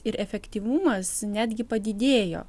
ir efektyvumas netgi padidėjo